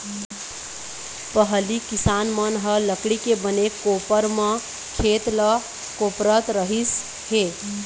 पहिली किसान मन ह लकड़ी के बने कोपर म खेत ल कोपरत रहिस हे